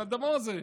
על הדבר הזה.